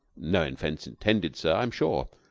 no offense intended, sir, i'm sure.